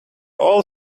all